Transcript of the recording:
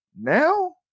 now